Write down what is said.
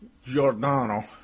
Giordano